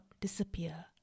disappear